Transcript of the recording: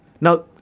Now